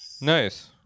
nice